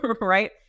right